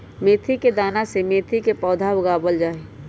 मेथी के दाना से मेथी के पौधा उगावल जाहई